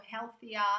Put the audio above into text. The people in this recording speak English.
healthier